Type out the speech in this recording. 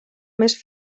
més